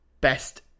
best